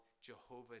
Jehovah